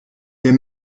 wir